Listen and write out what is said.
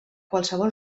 qualsevol